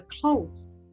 clothes